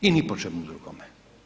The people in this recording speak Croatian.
I ni po čemu drugome.